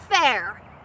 fair